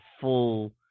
full –